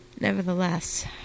Nevertheless